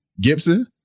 Gibson